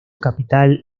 capital